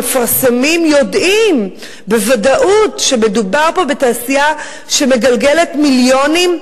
המפרסמים יודעים בוודאות שמדובר פה בתעשייה שמגלגלת מיליונים,